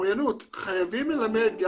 חייבים ללמד את